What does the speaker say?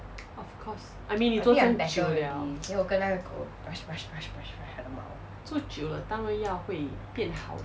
of course I mean 你做这样就 liao 做久了当让要回便好